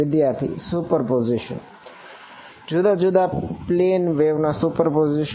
વિદ્યાર્થી સુપરપોઝિશન